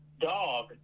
dog